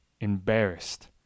embarrassed